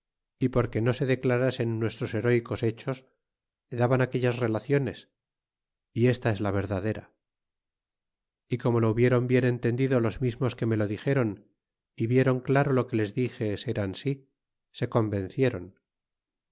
y porque no se declarasen nuestros herecos hechos le daban aquellas relaciones y esta es la verdadera y como lo hubieron bien entendido los mismos que me lo dixeron y vieron claro lo que les dixe ser ansi se convencieron